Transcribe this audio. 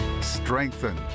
strengthen